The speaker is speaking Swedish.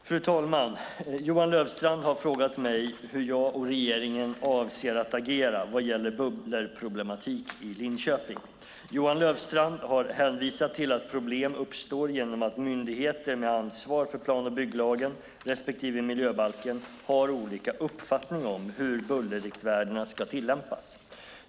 Fru talman! Johan Löfstrand har frågat mig hur jag och regeringen avser att agera vad gäller bullerproblematik i Linköping. Johan Löfstrand har hänvisat till att problem uppstår genom att myndigheter med ansvar för plan och bygglagen respektive miljöbalken har olika uppfattning om hur bullerriktvärdena ska tillämpas.